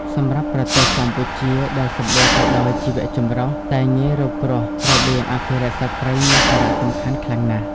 សម្រាប់ប្រទេសកម្ពុជា ដែលសម្បូរទៅដោយជីវចម្រុះតែងាយរងគ្រោះ របៀងអភិរក្សសត្វព្រៃមានសារៈសំខាន់ខ្លាំងណាស់។